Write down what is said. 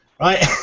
Right